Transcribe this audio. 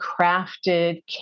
crafted